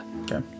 okay